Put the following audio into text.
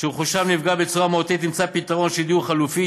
שרכושן נפגע בצורה מהותית נמצא פתרון של דיור חלופי,